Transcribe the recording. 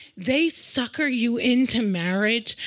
they sucker you into marriage,